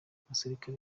abasirikare